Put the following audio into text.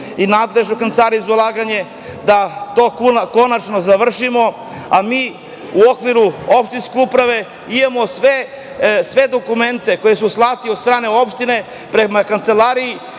i nadležne u Kancelariji za ulaganje da to konačno završimo. Mi u okviru opštinske uprave imamo sve dokumente koji su slate od strane opštine prema Kancelariji,